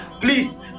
please